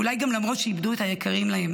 ואולי גם למרות שאיבדו את היקרים להם,